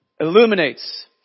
illuminates